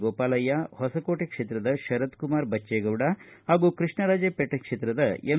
ಗೋಪಾಲಯ್ಕ ಹೊಸಕೋಟೆ ಕ್ಷೇತ್ರದ ಶರತ್ಕುಮಾರ್ ಬಜ್ಜೇಗೌಡ ಹಾಗೂ ಕೃಷ್ಣರಾಜಪೇಟೆ ಕ್ಷೇತ್ರದ ಎಂ